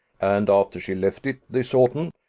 and after she left it this autumn,